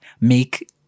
make